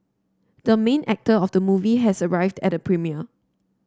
the main actor of the movie has arrived at the premiere